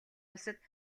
улсад